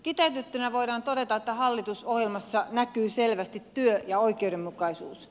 kiteytettynä voidaan todeta että hallitusohjelmassa näkyy selvästi työ ja oikeudenmukaisuus